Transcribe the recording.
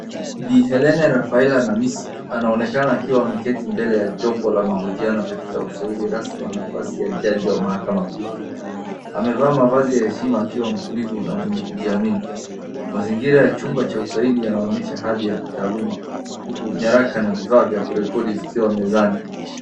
Bi Helene Rafaela Namisi anaonekana akiwa ameketi mbele ya jopo la mahojiano katika rasmi wa nafasi ya jaji wa mahakama kuu. Amevaa mavazi ya heshima akiwa mtulivu na mwenye kujiamini. Mazingira ya chumba cha usaili yanaonyesha hadhi ya kitaluma huku nyaraka na vifaa vya kurekodi vikiwa mezani.